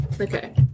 Okay